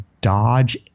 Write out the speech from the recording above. Dodge